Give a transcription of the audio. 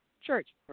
church